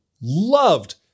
loved